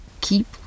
keep